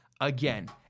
again